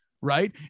Right